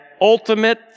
ultimate